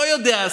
לא יודע,